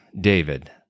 David